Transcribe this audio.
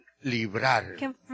librar